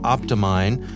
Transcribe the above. OptiMine